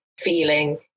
feeling